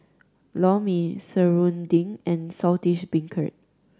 Lor Mee serunding and Saltish Beancurd